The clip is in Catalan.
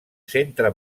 centre